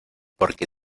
porque